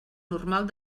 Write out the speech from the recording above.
normal